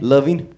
Loving